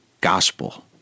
gospel